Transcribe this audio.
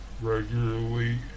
regularly